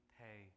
pay